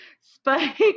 spike